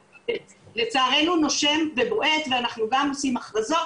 לצערנו נושם ובועט ואנחנו גם עושים הכרזות